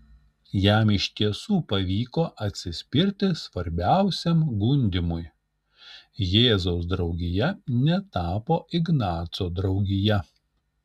jam iš tiesų pavyko atsispirti svarbiausiam gundymui jėzaus draugija netapo ignaco draugija